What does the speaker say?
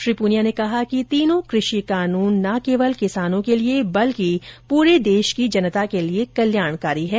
श्री पूनिया ने कहा कि तीनों कृषि कानून ना केवल किसानों के लिए बल्कि पूरे देश की जनता के लिए कल्याणकारी हैं